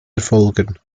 erfolgen